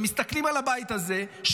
הם מסתכלים על הבית הזה,